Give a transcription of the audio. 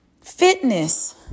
Fitness